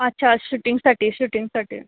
अच्छा शूटिंगसाठी शूटिंगसाठी